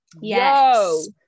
Yes